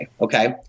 okay